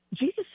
Jesus